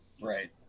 Right